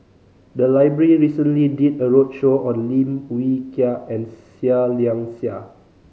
the library recently did a roadshow on Lim Wee Kiak and Seah Liang Seah